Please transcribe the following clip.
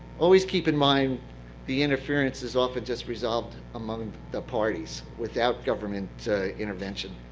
always keep in mind the interference is often just resolved among the parties without government intervention.